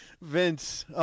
Vince